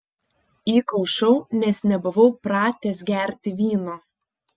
įkaušau nes nebuvau pratęs gerti vyno